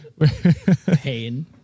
Pain